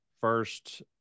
first